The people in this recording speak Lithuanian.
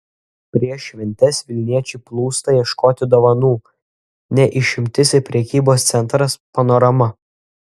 prieš šventes vilniečiai plūsta ieškoti dovanų ne išimtis ir prekybos centras panorama